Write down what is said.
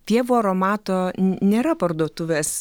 pievų aromato n nėra parduotuvės